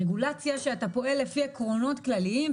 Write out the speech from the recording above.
רגולציה שאתה פועל לפי עקרונות כלליים,